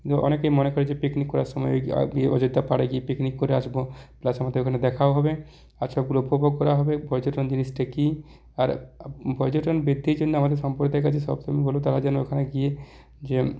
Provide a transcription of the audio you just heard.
অনেকেই মনে করে যে পিকনিক করার সময় অযোধ্যা পাহাড়ে গিয়ে পিকনিক করে আসবো প্লাস আমাদের এখানে দেখাও হবে আর সবগুলো উপভোগ করা হবে পর্যটন জিনিসটা কী আর পর্যটন বৃদ্ধির জন্য আমাদের সম্প্রদায়ের কাছে সবসময় বলি তারা যেন ওখানে গিয়ে যে